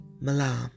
Malam